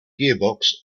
gearbox